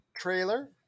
trailer